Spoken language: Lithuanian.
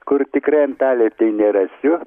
kur tikrai antalieptėj nerasiu